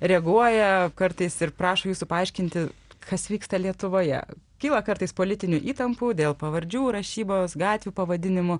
reaguoja kartais ir prašo jūsų paaiškinti kas vyksta lietuvoje kyla kartais politinių įtampų dėl pavardžių rašybos gatvių pavadinimų